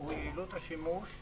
הוא יעילות השימוש בתדרים,